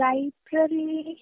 Library